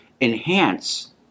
enhance